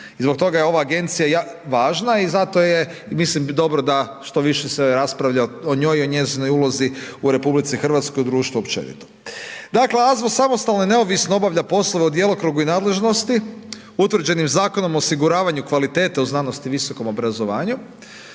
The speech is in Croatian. i zbog toga je ova agencija važna i zato je, mislim dobro da što više se raspravlja o njoj i njezinoj ulozi u RH i društvu općenito. Dakle, AZVO je samostalno i neovisno obavlja poslove u djelokrugu i nadležnosti utvrđenim Zakonom o osiguravanju kvalitete u znanosti i visokom obrazovanju,